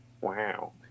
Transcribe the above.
Wow